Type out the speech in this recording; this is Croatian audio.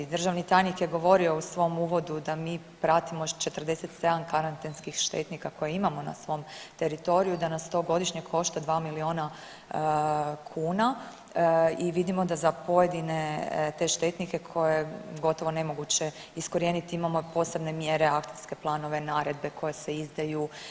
Državni tajnik je govorio u svom uvodu da mi pratimo 47 karantenskih štetnika koje imamo na svom teritoriju, da nas to godišnje košta dva milijuna kuna i vidimo da za pojedine te štetnike koje je gotovo nemoguće iskorijeniti imamo i posebne mjere, akcijske planove, naredbe koje se izdaju.